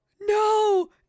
No